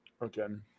again